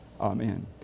Amen